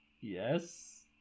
Yes